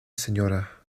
sra